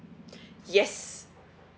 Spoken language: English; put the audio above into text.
yes